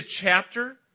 chapter